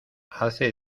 hace